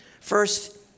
First